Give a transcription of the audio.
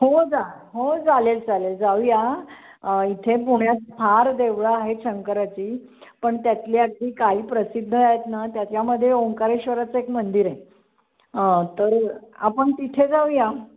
हो जा हो चालेल चालेल जाऊया इथे पुण्यात फार देवळं आहेत शंकराची पण त्यातली अगदी काही प्रसिद्ध आहेत ना त्याच्यामध्ये ओंकारेश्वराचं एक मंदिर आहे तर आपण तिथे जाऊया